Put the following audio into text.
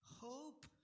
hope